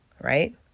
right